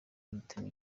rutema